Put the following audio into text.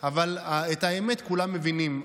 אבל את האמת כולם מבינים.